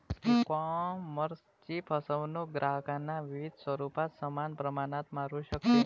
ईकॉमर्सची फसवणूक ग्राहकांना विविध स्वरूपात समान प्रमाणात मारू शकते